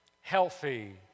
healthy